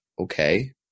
okay